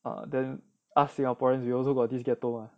ah then us singaporeans we also got this ghetto [what]